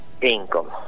income